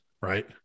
right